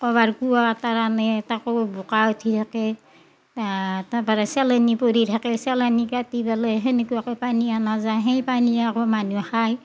ক'ৰবাৰ কুঁৱাৰ পাৰা আনে তাকো বোকা উঠি থাকেই তাৰ পাৰাই চেলেনী পৰি থাকেই চেলেনী কাটি পেলে সেনেকুৱাকে পানী আনা যায় সেই পানী আকৌ মানহুই খায়